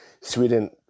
Sweden